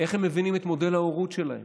איך הם מבינים את מודל ההורות שלהם?